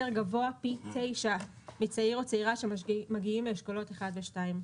גבוה פי תשעה מהסיכוי של צעיר או צעירה מאשכולות 1 ו-2.